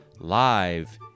Live